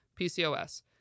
PCOS